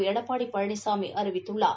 எடப்பாபடி பழனிசாமி அறிவித்துள்ளார்